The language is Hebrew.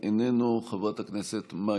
חבר הכנסת עוזי דיין,